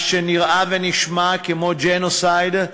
מה שנראה ונשמע כמו ג'נוסייד,